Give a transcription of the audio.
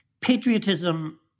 patriotism